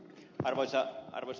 arvoisa puhemies